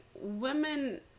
women